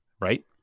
Right